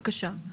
בבקשה.